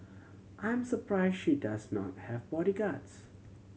I'm surprised she does not have bodyguards